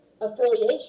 affiliation